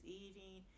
eating